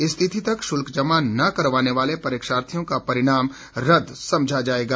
इस तिथि तक शुल्क जमा न करवाने वाले परीक्षार्थियों का परिणाम रद्द समझा जाएगा